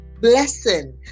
blessing